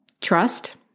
trust